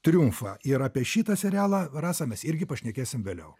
triumfą ir apie šitą serialą rasa mes irgi pašnekėsim vėliau